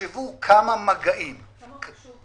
תחשבו כמה מגעים --- כמה הוגשו?